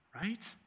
right